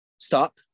Stop